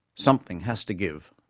something has to give.